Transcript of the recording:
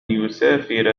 يسافر